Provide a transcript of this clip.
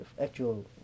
actual